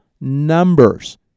numbers